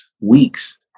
weeks